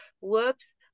whoops